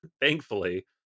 thankfully